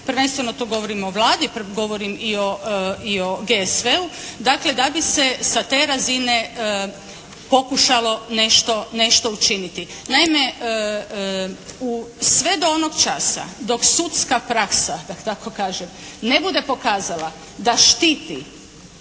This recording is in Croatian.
prvenstveno to govorim o Vladi, govorim i o GSV-u. Dakle, da bi se sa te razine pokušalo nešto učiniti. Naime, sve do onog časa dok sudska praksa da tako kažem ne bude pokazala da štiti